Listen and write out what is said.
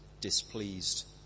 displeased